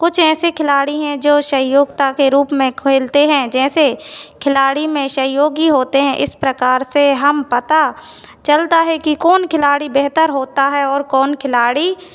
कुछ ऐसे खिलाड़ी हैं जो सहयोगता के रूप में खेलते हैं जैंसे खिलाड़ी में सहयोगी होते हैं इस प्रकार से हम पता चलता है कि कौन खिलाड़ी बेहतर होता है और कौन खिलाड़ी